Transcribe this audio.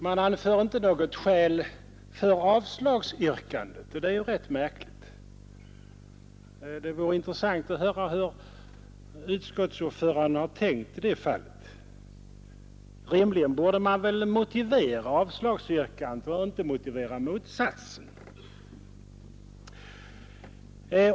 Det anförs inte något skäl för avslagsyrkandet, och det är rätt märkligt. Det vore intressant att höra hur utskottsordföranden har tänkt i det fallet. Rimligen borde utskottet motivera avslagsyrkandet och inte motsatsen.